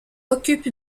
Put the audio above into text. occupe